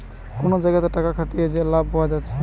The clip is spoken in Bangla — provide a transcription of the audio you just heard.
কুনো জাগাতে টাকা খাটিয়ে যে লাভ পায়া যাচ্ছে